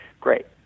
great